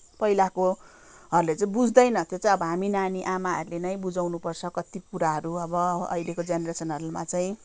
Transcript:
पहिलाकोहरूले चाहिँ बुझ्दैन त्यो चाहिँ हामी नानी आमाहरूले नै बुझाउनु पर्छ कत्ति कुराहरू अब अहिले जेनेरेसनहरूमा चाहिँ